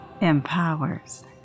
empowers